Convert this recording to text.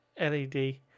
LED